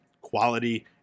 quality